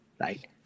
Right